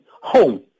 Home